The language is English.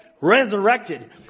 resurrected